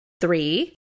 Three